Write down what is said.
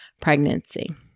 pregnancy